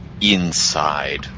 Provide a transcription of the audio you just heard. inside